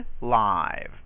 live